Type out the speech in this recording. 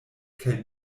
kaj